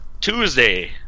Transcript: Tuesday